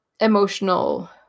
emotional